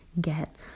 get